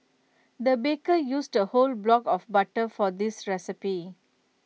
the baker used A whole block of butter for this recipe